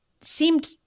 seemed